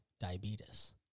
diabetes